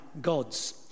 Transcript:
gods